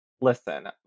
listen